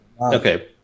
Okay